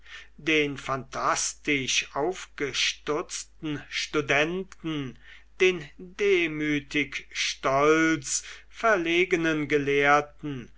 den phantastisch aufgestutzten studenten den demütigstolz verlegenen gelehrten